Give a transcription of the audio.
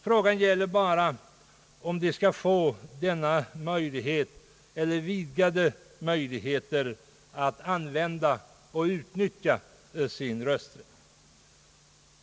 Frågan är bara om de som är intagna i fångvårdsanstalt skall få vidgade möjligheter att utnyttja sin rösträtt.